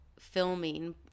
filming